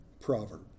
proverb